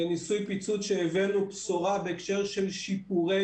ניסוי פיצוץ שהבאנו בשורה בהקשר של שיפורי